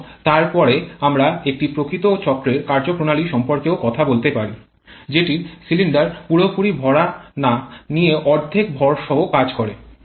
এবং তারপরে আমরা একটি প্রকৃত চক্রের কার্যপ্রণালী সম্পর্কেও কথা বলতে পারি যেটির সিলিন্ডার পুরোপুরি ভার না নিয়ে অর্ধেক ভার সহ কাজ করছে